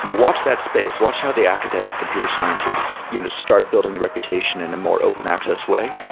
you know watch that space. watch how the academic computer scientists you know start building reputation in a more open access way,